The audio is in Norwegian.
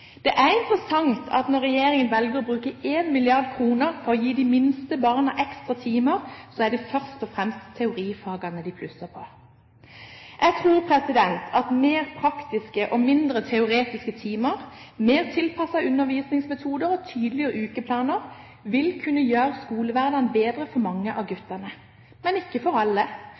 Det er interessant at når regjeringen velger å bruke 1 mrd. kr på å gi de minste barna ekstra timer, er det først og fremst teorifagene det plusses på. Jeg tror at mer praktiske og mindre teoretiske timer, mer tilpassede undervisningsmetoder og tydeligere ukeplaner vil kunne gjøre skolehverdagen bedre for mange av guttene. Men ikke for alle.